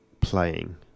playing